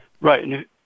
Right